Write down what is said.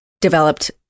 developed